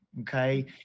okay